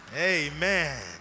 Amen